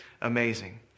amazing